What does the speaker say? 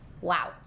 wow